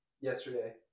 Yesterday